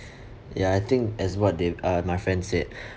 ya I think as what they've uh my friends said